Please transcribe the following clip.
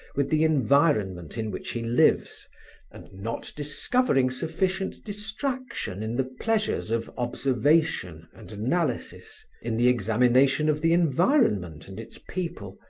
with the environment in which he lives and not discovering sufficient distraction in the pleasures of observation and analysis, in the examination of the environment and its people,